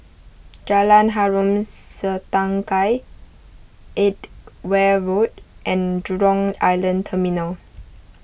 Jalan Harom Setangkai Edgware Road and Jurong Island Terminal